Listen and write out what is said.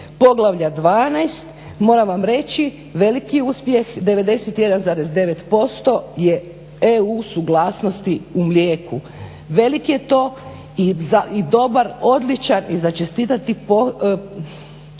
poglavlja 12. moram vam reći veliki uspjeh 91,9% je EU u suglasnosti u mlijeku. Veliki je to i dobar, odličan, i za čestitati postotak